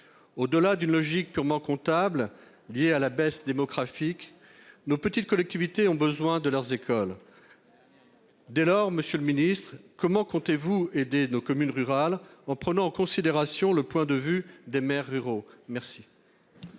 Au-delà d'une logique purement comptable, liée à la baisse démographique, nos petites collectivités ont besoin de leurs écoles. Dès lors, monsieur le ministre, comment comptez-vous aider nos communes rurales, tout en prenant en considération le point de vue de leurs maires ? La